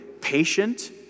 patient